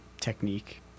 technique